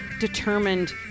determined